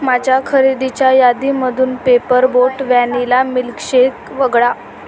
माझ्या खरेदीच्या यादीमधून पेपर बोट व्हॅनिला मिल्कशेक वगळा